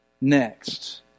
next